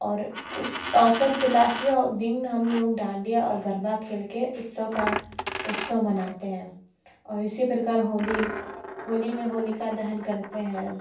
और उस अवसर पर लास्टवें दिन हम लोग डांडिया और गरबा खेल कर उत्सव का उत्सव मनाते हैं और इसी प्रकार होली होली में होलिका दहन करते हैं